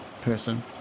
person